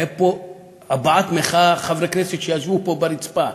הייתה פה הבעת מחאה, חברי כנסת שישבו פה על הרצפה.